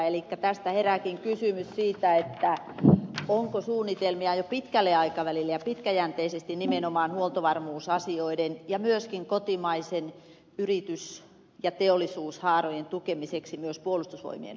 elikkä tästä herääkin kysymys siitä onko suunnitelmia jo pitkälle aikavälille ja pitkäjänteisesti nimenomaan huoltovarmuusasioiden ja myöskin kotimaisten yritys ja teollisuushaarojen tukemiseksi myös puolustusvoimien osalta